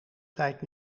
tijd